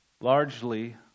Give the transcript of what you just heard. largely